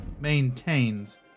maintains